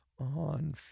on